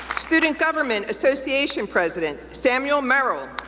student government association president samuel murrill,